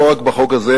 לא רק בחוק הזה,